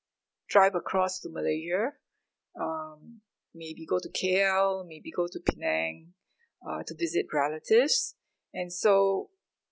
drive across to malaysia um maybe go to K_L maybe go to penang uh to visit relatives and so